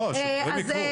לא, שהדברים יקרו.